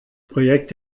projekt